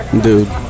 Dude